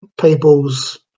people's